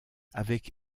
avec